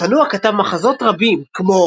צנוע כתב מחזות רבים, כמו